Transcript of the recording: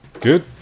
good